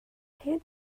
hyn